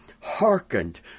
hearkened